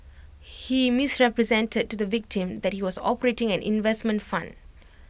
he misrepresented to the victim that he was operating an investment fund